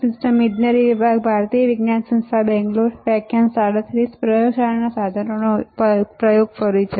સ્વાગત છે